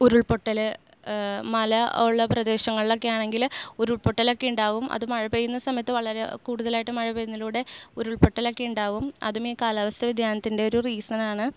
ഉരുൾപൊട്ടൽ മല ഉള്ള പ്രദേശങ്ങളിലൊക്കെ ആണെങ്കിൽ ഉരുൾപൊട്ടൽ ഒക്കെ ഉണ്ടാവും അത് മഴ പെയ്യുന്ന സമയത്ത് വളരെ കൂടുതലായിട്ട് മഴ പെയ്യുന്നതിലൂടെ ഉരുൾപൊട്ടൽ ഒക്കെ ഉണ്ടാവും അതും ഈ കാലാവസ്ഥ വ്യതിയാനത്തിൻ്റെ ഒരു റീസൺ ആണ്